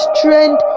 trend